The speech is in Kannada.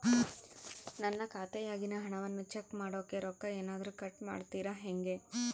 ನನ್ನ ಖಾತೆಯಾಗಿನ ಹಣವನ್ನು ಚೆಕ್ ಮಾಡೋಕೆ ರೊಕ್ಕ ಏನಾದರೂ ಕಟ್ ಮಾಡುತ್ತೇರಾ ಹೆಂಗೆ?